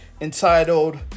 entitled